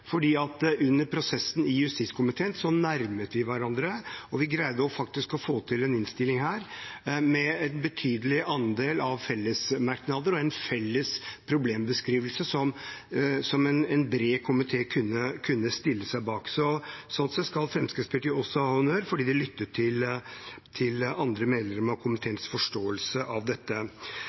under prosessen i justiskomiteen nærmet vi oss hverandre, og vi greide faktisk å få til en innstilling her med en betydelig andel av fellesmerknader og en felles problembeskrivelse som komiteen bredt kunne stille seg bak. Sånn sett skal Fremskrittspartiet ha honnør fordi de lyttet til andre komitémedlemmers forståelse av dette.